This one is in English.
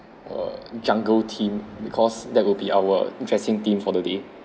a jungle theme because that will be our dressing theme for the day